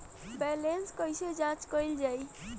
Balance कइसे जांच कइल जाइ?